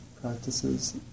practices